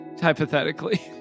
Hypothetically